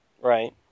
Right